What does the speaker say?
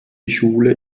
schule